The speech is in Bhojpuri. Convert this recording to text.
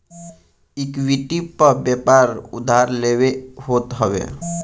इक्विटी पअ व्यापार उधार लेके होत हवे